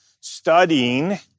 studying